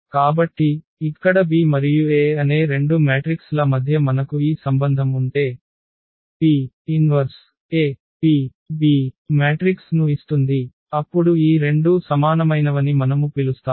కాబట్టి ఇక్కడ B మరియు A అనే రెండు మ్యాట్రిక్స్ ల మధ్య మనకు ఈ సంబంధం ఉంటే P 1AP B మ్యాట్రిక్స్ ను ఇస్తుంది అప్పుడు ఈ రెండూ సమానమైనవని మనము పిలుస్తాము